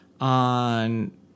on